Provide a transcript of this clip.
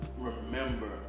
remember